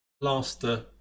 plaster